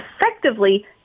effectively